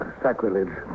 sacrilege